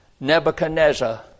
Nebuchadnezzar